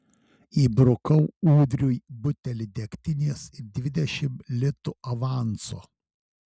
įbrukau ūdriui butelį degtinės ir dvidešimt litų avanso